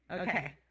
Okay